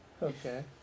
Okay